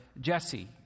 Jesse